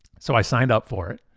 so i signed up for it.